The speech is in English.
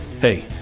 Hey